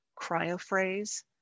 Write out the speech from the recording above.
cryophrase